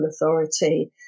authority